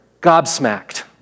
gobsmacked